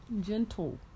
Gentle